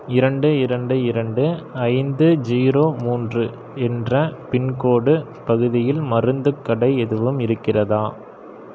இரண்டு இரண்டு இரண்டு ஐந்து ஜீரோ மூன்று என்ற பின்கோட் பகுதியில் மருந்துக் கடை எதுவும் இருக்கிறதா